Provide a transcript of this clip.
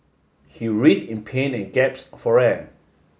he writhed in pain and gasp for air